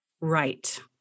Right